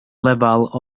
lefel